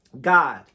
God